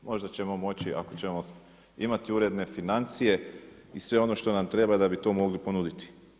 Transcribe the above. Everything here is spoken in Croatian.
Možda ćemo moći ako ćemo imati uredne financije, i sve ono što nam treba da bi to mogli ponuditi.